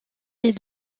est